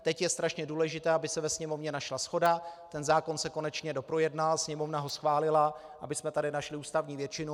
Teď je strašně důležité, aby se ve Sněmovně našla shoda, ten zákon se konečně doprojednal, Sněmovna ho schválila, abychom tady našli ústavní většinu.